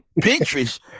Pinterest